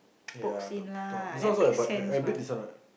ya the top this one also eh but I I bit this one right